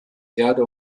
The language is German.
erde